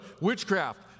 Witchcraft